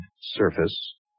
surface